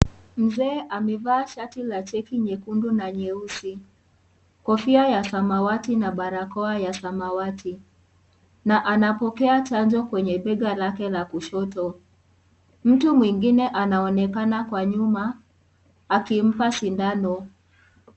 Mzee amevaa shati la cheki nyekundu na nyeusi , kofia ya samawati na barakoa ya samawati na anapokea chanjo kwenye bega lake la kushoto . Mtu mwingine anaonekana kwa nyuma akimpa sindano.